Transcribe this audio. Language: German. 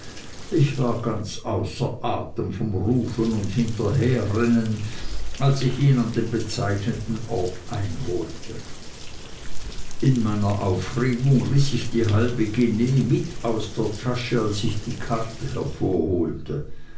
ich war ganz außer atem von rufen und hinterherrennen als ich ihn an dem bezeichneten ort einholte in meiner aufregung riß ich die halbe guinee mit aus der tasche als ich die karte